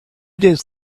days